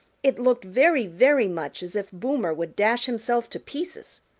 it looked very, very much as if boomer would dash himself to pieces.